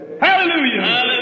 Hallelujah